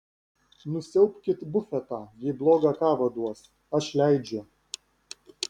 nusiaubkit bufetą jei blogą kavą duos aš leidžiu